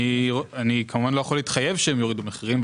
אני כמובן לא יכול להתחייב שהם יורידו מחירים,